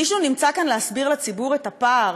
מישהו נמצא כאן להסביר לציבור את הפער